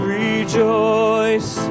rejoice